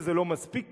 וזה לא מספיק כמובן,